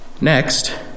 Next